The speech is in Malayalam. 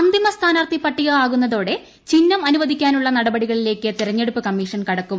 അന്തിമ സ്ഥാനാർത്ഥി പട്ടിക ആകുന്നതോടെ ചിഹ്നം അനുവദിക്കാനുള്ള നടപടികളിലേക്ക് തെരഞ്ഞെടുപ്പ് കമ്മീഷൻ കടക്കും